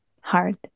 hard